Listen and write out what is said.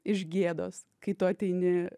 iš gėdos kai tu ateini